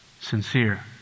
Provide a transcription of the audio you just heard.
sincere